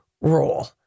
role